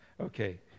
Okay